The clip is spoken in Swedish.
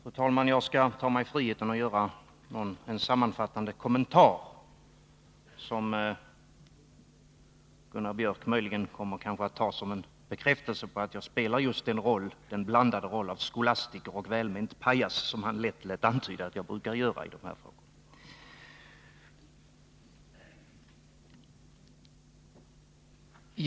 Fru talman! Jag skall ta mig friheten att göra en sammanfattande kommentar, som Gunnar Biörck i Värmdö möjligen kommer att ta som en bekräftelse på att jag spelar just den blandade roll av skolastiker och välment pajas som han lätt lät antyda att jag brukar göra i de här frågorna.